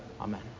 Amen